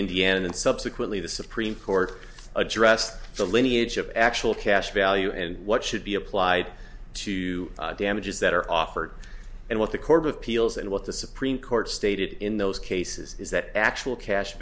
indiana and subsequently the supreme court addressed the lineage of actual cash value and what should be applied to damages that are offered and what the court of appeals and what the supreme court stated in those cases is that actual cash